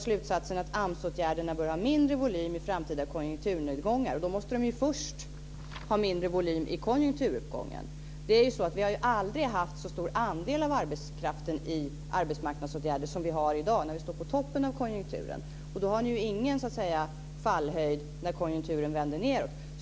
Slutsatsen är att AMS-åtgärderna bör ha mindre volym vid framtida konjunkturnedgångar. Då måste de först ha mindre volym i konjunkturuppgångar. Vi har aldrig haft så stor andel av arbetskraften i arbetsmarknadsåtgärder som vi har i dag, när vi står på toppen av konjunkturen. Då har vi ingen fallhöjd när konjunkturen vänder nedåt.